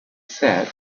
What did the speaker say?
sat